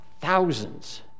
thousands